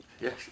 Yes